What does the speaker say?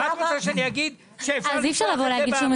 את רוצה שאני אגיד שאפשר לשלוח את זה באינטרנט?